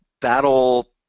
battle